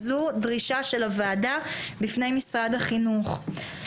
זו דרישה של הוועדה בפני משרד החינוך.